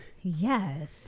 Yes